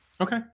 Okay